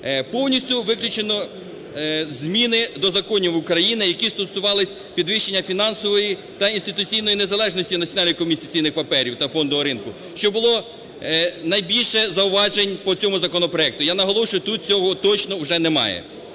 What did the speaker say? Повністю виключено зміни до законів України, які стосувалися підвищення фінансової та інституційної незалежності Національної комісії з цінних паперів та фондового ринку, що було найбільше зауважень по цьому законопроекту, я наголошую, тут цього точно уже немає.